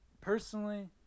personally